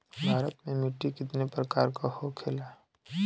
भारत में मिट्टी कितने प्रकार का होखे ला?